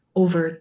over